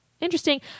Interesting